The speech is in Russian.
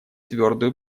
твердую